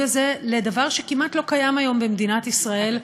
הזה לדבר שכמעט לא קיים היום במדינת ישראל,